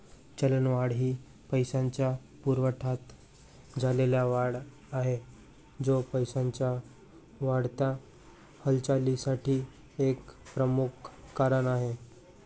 चलनवाढ ही पैशाच्या पुरवठ्यात झालेली वाढ आहे, जो पैशाच्या वाढत्या हालचालीसाठी एक प्रमुख कारण आहे